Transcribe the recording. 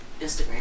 Instagram